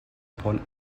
upon